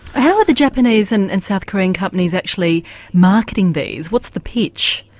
how are the japanese and and south korean companies actually marketing these, what's the pitch?